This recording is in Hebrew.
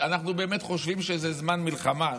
אנחנו באמת חושבים שזה זמן מלחמה,